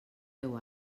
deu